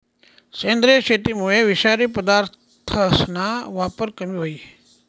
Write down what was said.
सेंद्रिय शेतीमुये विषारी पदार्थसना वापर कमी व्हयी